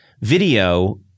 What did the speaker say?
video